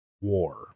war